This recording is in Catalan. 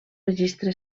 registre